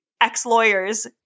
ex-lawyers